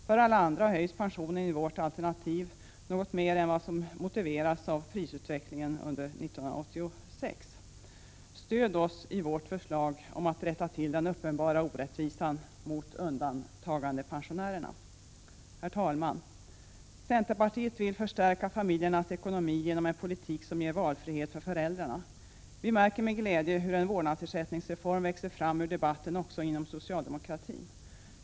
För alla andra höjs pensionen i vårt alternativ något mer än vad som motiveras av prisutvecklingen under 1986. Stöd oss i vårt förslag om att rätta till den uppenbara orättvisan mot undantagandepensionärerna! Herr talman! Centerpartiet vill förstärka familjernas ekonomi genom en politik som ger valfrihet för föräldrarna. Vi märker med glädje hur en vårdnadsersättningsreform växer fram ur debatten också inom socialdemokratin.